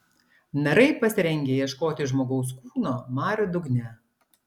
narai pasirengę ieškoti žmogaus kūno marių dugne